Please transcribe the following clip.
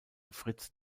fritz